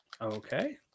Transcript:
Okay